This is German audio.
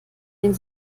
den